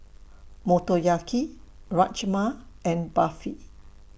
Motoyaki Rajma and Barfi